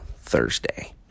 Thursday